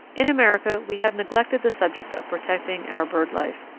in america we have neglected the subject of protecting our bird life,